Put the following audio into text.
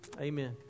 Amen